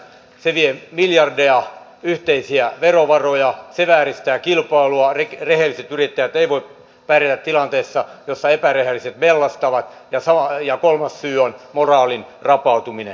se vie miljardeja yhteisiä verovaroja se vääristää kilpailua rehelliset yrittäjät eivät voi pärjätä tilanteessa jossa epärehelliset mellastavat ja kolmas syy on moraalin rapautuminen